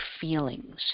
feelings